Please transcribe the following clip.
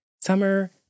Summer